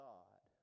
God